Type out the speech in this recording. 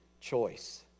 choice